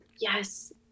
Yes